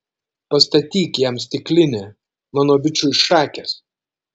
pastatyk jam stiklinę mano bičui šakės